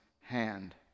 hand